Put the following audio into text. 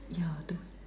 yeah though